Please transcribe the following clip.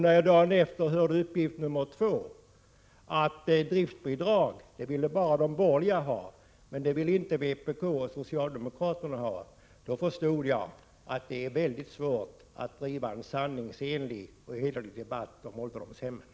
När jag dagen efter hörde uppgift nummer två, nämligen att bara de borgerliga partierna ville ge driftbidrag men inte socialdemokraterna och vpk, förstod jag att det är mycket svårt att föra en sanningsenlig och hederlig debatt om ålderdomshemmen.